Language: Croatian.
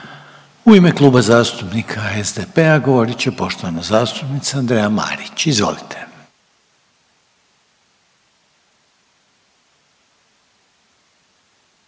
u ime Kluba zastupnika HDZ-a govoriti poštovani zastupnik Josip Đakić, izvolite.